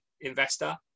investor